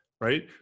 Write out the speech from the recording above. right